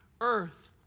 earth